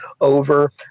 over